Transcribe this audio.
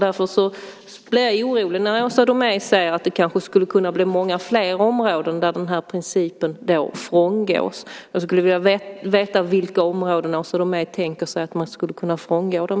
Därför blir jag orolig när Åsa Domeij säger att det kanske skulle kunna bli många fler områden där den här principen frångås. Jag skulle vilja veta på vilka områden Åsa Domeij tänker sig att man skulle kunna frångå dem.